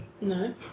No